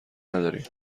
نداریم